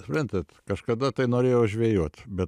suprantat kažkada tai norėjau žvejot bet